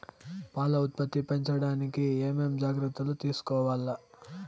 పాల ఉత్పత్తి పెంచడానికి ఏమేం జాగ్రత్తలు తీసుకోవల్ల?